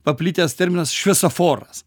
paplitęs terminas šviesoforas